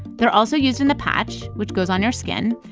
they're also used in the patch, which goes on your skin.